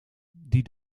die